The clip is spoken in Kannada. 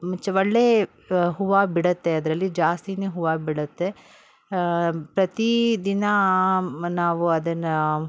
ಚ್ ಒಳ್ಳೆ ಹೂವು ಬಿಡುತ್ತೆ ಅದರಲ್ಲಿ ಜಾಸ್ತಿಯೇ ಹೂವು ಬಿಡುತ್ತೆ ಪ್ರತಿ ದಿನ ನಾವು ಅದನ್ನು